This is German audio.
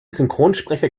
synchronsprecher